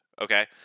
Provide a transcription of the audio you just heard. Okay